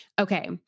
okay